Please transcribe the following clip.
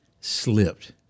slipped